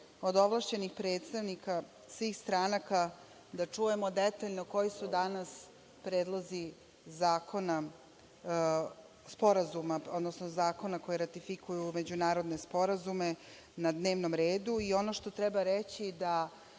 od ovlašćenih predstavnika svih stranaka da čujemo detaljno koji su danas predlozi zakona, sporazuma, odnosno zakona koji ratifikuju međunarodne sporazume, na dnevnom redu i ono što treba reći da